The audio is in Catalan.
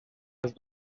els